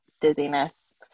dizziness